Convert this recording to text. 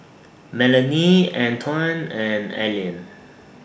Melany Antwain and Allean